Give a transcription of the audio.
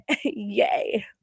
Yay